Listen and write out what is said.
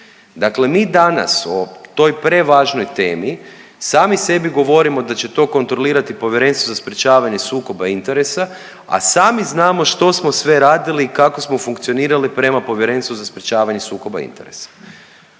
Dakle mi danas o toj prevažnoj temi sami sebi govorimo da će to kontrolirati Povjerenstvo za sprječavanje sukoba interesa, a sami znamo što smo sve radili i kako smo funkcionirali prema Povjerenstvu za sprječavanje sukoba interesa.